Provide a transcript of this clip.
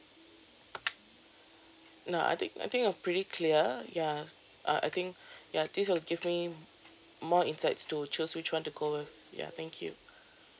nah I think I think I'm pretty clear ya uh I think ya this will give me more insights to choose which one to go with ya thank you